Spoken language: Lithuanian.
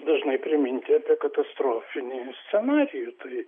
dažnai priminti apie katastrofinį scenarijų tai